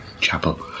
chapel